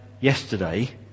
yesterday